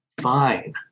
fine